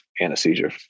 anesthesia